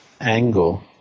angle